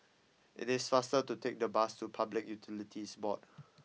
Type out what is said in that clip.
it is faster to take the bus to Public Utilities Board